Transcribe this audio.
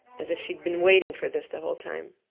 as if she'd been waiting for this the whole time.